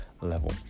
level